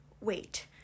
Wait